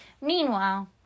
Meanwhile